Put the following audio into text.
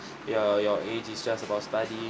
your your age is just about studying